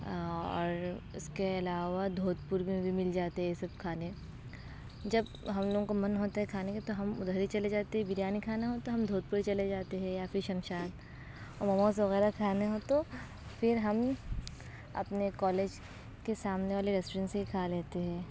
اور اس کے علاوہ دودھپور میں بھی مل جاتے ہے یہ سب کھانے جب ہم لوگوں کا من ہوتا ہے کھانے کا تو ہم ادھر ہی چلے جاتے ہے بریانی کھانا ہوتا تو ہم دودھپور چلے جاتے ہیں یا پھر ششماد اور موموز وغیرہ کھانے ہوں تو پھر ہم اپنے کالج کے سامنے والے ریسٹورینٹ سے ہی کھا لیتے ہیں